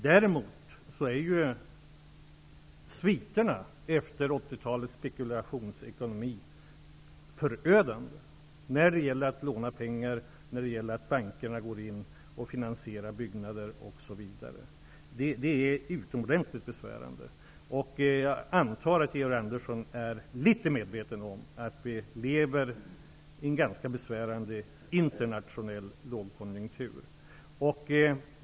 Däremot är sviterna efter 80 talets spekulationsekonomi förödande för möjligheterna att låna pengar och för bankernas finansiering av byggnader, osv. Det är utomordentligt besvärande. Jag antar att Georg Andersson är litet medveten om att vi lever i en ganska besvärande internationell lågkonjunktur.